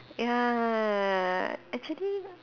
ya actually